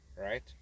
right